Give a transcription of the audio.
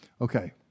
Okay